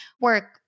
work